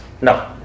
No